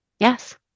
Yes